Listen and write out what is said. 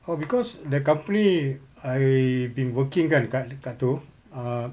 oh because the company I've been working kan kat kat itu uh